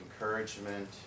encouragement